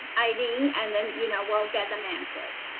i mean and then you know, we'll get them answered.